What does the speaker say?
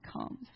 comes